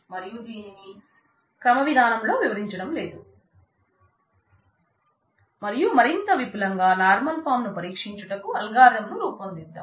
మరియు నేను దీనిని క్రమ విధానంలో వివరించడం లేదు మరియు మరింత విపులంగా నార్మల్ ఫాం ను పరీక్షించుటకు అల్గారిథం రూపొందిద్దాం